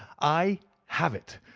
i have it!